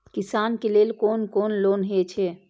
किसान के लेल कोन कोन लोन हे छे?